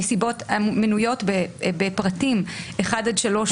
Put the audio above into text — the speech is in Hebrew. הנסיבות המנויות בפרטים (1) עד (3).